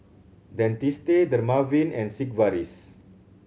Dentiste Dermaveen and Sigvaris